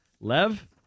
Lev